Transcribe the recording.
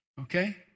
Okay